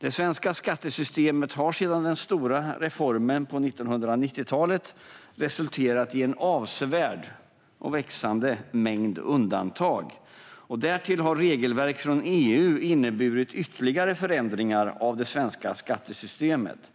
Det svenska skattesystemet har sedan den stora reformen på 90-talet resulterat i en avsevärd och växande mängd undantag. Därtill har regelverk från EU inneburit ytterligare förändringar av det svenska skattesystemet.